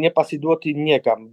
nepasiduoti niekam